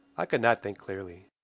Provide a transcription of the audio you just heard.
i could not think clearly.